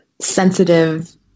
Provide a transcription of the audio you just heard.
sensitive